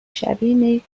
شبیه